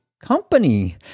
company